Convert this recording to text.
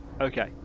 Okay